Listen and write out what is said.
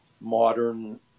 modern